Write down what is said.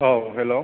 औ हेलौ